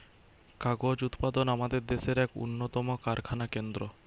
কাগজ উৎপাদন আমাদের দেশের এক উন্নতম কারখানা কেন্দ্র